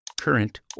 current